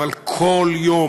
אבל כל יום,